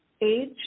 age